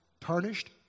tarnished